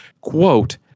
quote